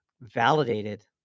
validated